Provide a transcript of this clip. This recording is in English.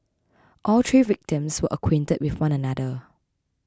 all three victims were acquainted with one another